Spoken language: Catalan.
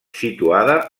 situada